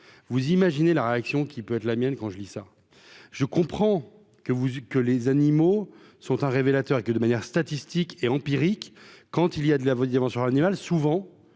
vous imaginez la réaction qui peut te la mienne quand je lis ça, je comprends que vous dites que les animaux sont un révélateur que de manière statistique et empirique, quand il y a de la vous dire sur l'animal, souvent